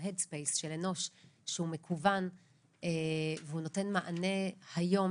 ה- headspace של אנוש שהוא מקוון והוא נותן מענה היום